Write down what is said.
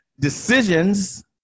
Decisions